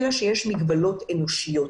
אלא, שיש מגבלות אנושיות.